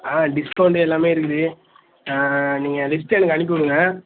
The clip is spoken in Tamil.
ஆ டிஸ்கவுண்ட் எல்லாமே இருக்குது நீங்கள் லிஸ்ட் எனக்கு அனுப்பிவுடுங்க